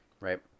right